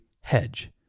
hedge